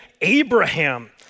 Abraham